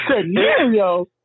Scenario